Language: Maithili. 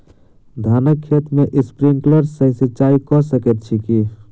धानक खेत मे स्प्रिंकलर सँ सिंचाईं कऽ सकैत छी की?